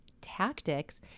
Tactics